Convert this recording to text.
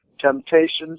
Temptations